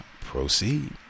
Proceed